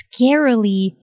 scarily